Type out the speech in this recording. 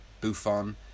Buffon